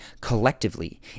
collectively